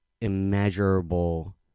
immeasurable